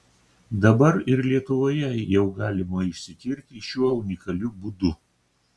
dabar ir lietuvoje jau galima išsitirti šiuo unikaliu būdu